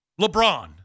LeBron